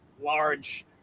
large